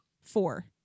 four